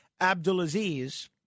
Abdulaziz